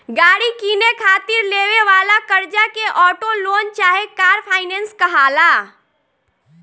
गाड़ी किने खातिर लेवे वाला कर्जा के ऑटो लोन चाहे कार फाइनेंस कहाला